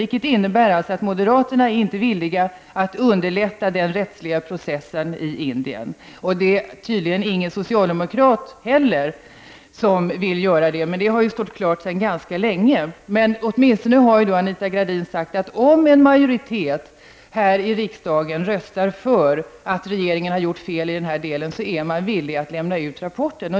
Det innebär att moderaterna inte är villiga att underlätta den rättsliga processen i Indien, och tydligen är inte någon socialdemokrat heller villig att göra detta. Men det har stått klart sedan ganska länge. Men åtminstone Anita Gradin har sagt, att om en majoritet i riksdagen röstar för att regeringen har gjort ett fel i den här delen, är regeringen villig att lämna ut rapporten.